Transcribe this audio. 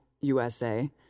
USA